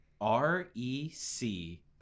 R-E-C